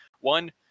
one